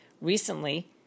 recently